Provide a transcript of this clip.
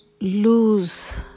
lose